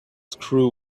screw